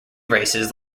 races